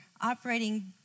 operating